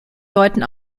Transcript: deuten